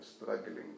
struggling